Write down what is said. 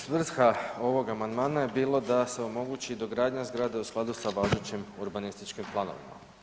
Svrha ovog amandmana je bilo da se omogući dogradnja zgrade u skladu sa važećim urbanističkim planovima.